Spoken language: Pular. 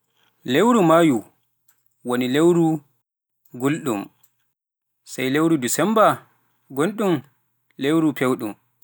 Ɗiye lebbi ɓuri wulde so ngonɗaa ɗoo? ko ɓuri toowde, ɓuuɓde e yoorde?